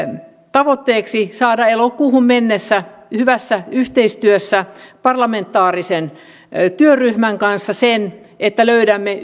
tavoitteeksi saavuttaa elokuuhun mennessä hyvässä yhteistyössä parlamentaarisen työryhmän kanssa sen että löydämme